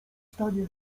stanie